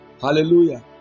hallelujah